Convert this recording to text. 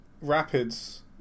rapids